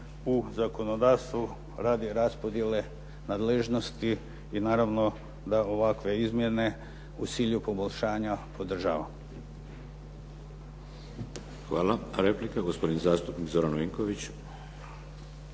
u zakonodavstvu radi raspodjele nadležnosti i naravno da ovakve izmjene u cilju poboljšanja podržavam. **Šeks, Vladimir (HDZ)** Hvala. Replika, gospodin zastupnik Zoran Vinković.